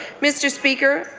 mr. speaker,